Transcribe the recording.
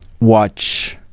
watch